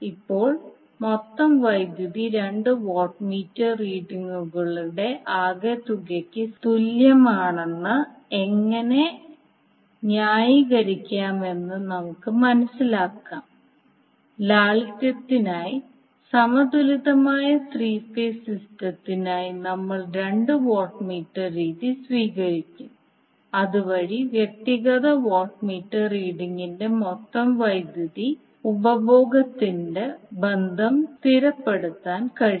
ഇപ്പോൾ മൊത്തം വൈദ്യുതി രണ്ട് വാട്ട് മീറ്റർ റീഡിംഗുകളുടെ ആകെത്തുകയ്ക്ക് തുല്യമാണെന്ന് എങ്ങനെ ന്യായീകരിക്കാമെന്ന് നമുക്ക് മനസിലാക്കാം ലാളിത്യത്തിനായി സമതുലിതമായ ത്രീ ഫേസ് സിസ്റ്റത്തിനായി നമ്മൾ രണ്ട് വാട്ട് മീറ്റർ രീതി സ്വീകരിക്കും അതുവഴി വ്യക്തിഗത വാട്ട് മീറ്റർ റീഡിംഗിന്റെ മൊത്തം വൈദ്യുതി ഉപഭോഗത്തിന്റെ ബന്ധം സ്ഥിരപ്പെടുത്താൻ കഴിയും